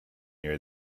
near